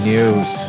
News